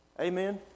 Amen